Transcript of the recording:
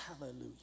Hallelujah